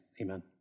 Amen